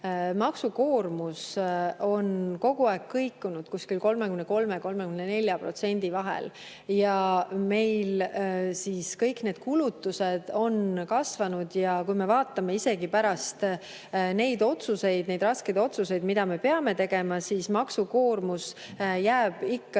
Maksukoormus on kogu aeg kõikunud kuskil 33–34% vahel. Meil on kõik kulutused kasvanud. Kui me vaatame, siis isegi pärast neid otsuseid, neid raskeid otsuseid, mida me peame tegema, me näeme, et maksukoormus jääb ikka